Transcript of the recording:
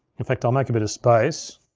in fact, i'll make a bit of space,